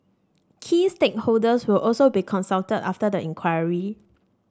key stakeholders will also be consulted after the inquiry